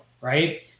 right